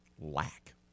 lack